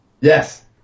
Yes